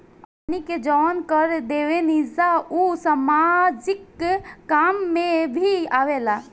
हमनी के जवन कर देवेनिजा उ सामाजिक काम में भी आवेला